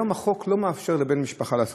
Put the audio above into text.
היום החוק לא מאפשר לבן משפחה לעשות,